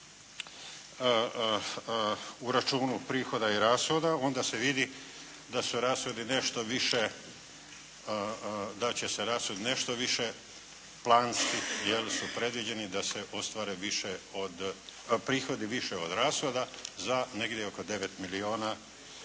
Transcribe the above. u računu prihoda i rashoda onda se vidi da su rashodi nešto više, da će se rashodi nešto više, planski je li su predviđeni da se ostvare više od, prihodi više od rashoda za negdje oko 9 milijuna,